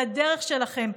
על הדרך שלכם.